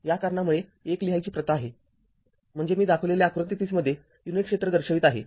या कारणामुळे १ लिहायची प्रथा आहे म्हणजे मी दाखवलेल्या आकृती ३० मध्ये युनिट क्षेत्र दर्शवित आहे